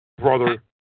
Brother